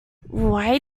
why